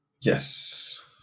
Yes